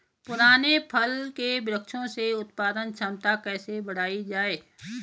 पुराने फल के वृक्षों से उत्पादन क्षमता कैसे बढ़ायी जाए?